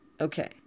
Okay